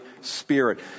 Spirit